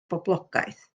boblogaeth